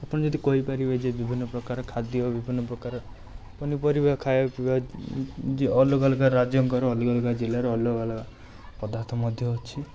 ଆପଣ ଯଦି କହିପାରିବେ ଯେ ବିଭିନ୍ନ ପ୍ରକାର ଖାଦ୍ୟ ବିଭିନ୍ନ ପ୍ରକାର ପନିପରିବା ଖାଇବା ପିଇବା ଯୋ ଅଲଗା ଅଲଗା ରାଜ୍ୟଙ୍କର ଅଲଗା ଅଲଗା ଜିଲ୍ଲାର ଅଲଗା ଅଲଗା ପଦାର୍ଥ ମଧ୍ୟ ଅଛି